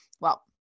well-